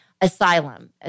Asylum